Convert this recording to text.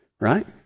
right